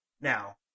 now